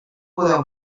podeu